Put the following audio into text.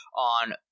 on